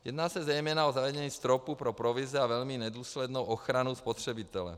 Jedná se zejména o zavedení stropu pro provize a velmi nedůslednou ochranu spotřebitele.